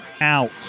out